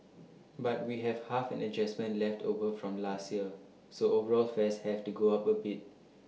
but we have half an adjustment left over from last year so overall fares have to go up A bit